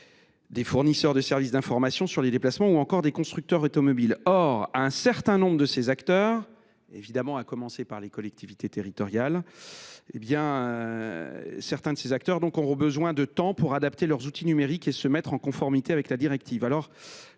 des fournisseurs de services d’information sur les déplacements, ou encore des constructeurs automobiles. Or un certain nombre de ces acteurs, à commencer par les collectivités territoriales, évidemment, auront besoin de temps pour adapter leurs outils numériques et se mettre en conformité avec la directive.